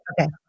Okay